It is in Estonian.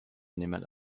nimel